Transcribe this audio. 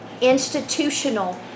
institutional